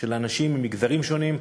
של אנשים ממגזרים שונים.